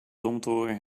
domtoren